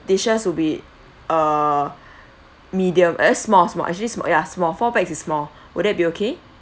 dishes will be uh medium uh small small actually small ya small four pax is small would that be okay